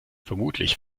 vermutlich